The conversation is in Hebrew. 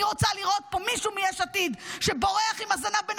אני רוצה לראות פה מישהו מיש עתיד שבורח עם הזנב בין